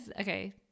Okay